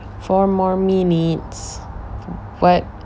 four more minutes what